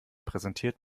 präsentiert